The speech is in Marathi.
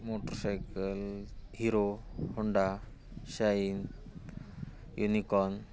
motorcycle Hero Honda Shine unicorn